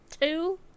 Two